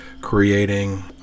creating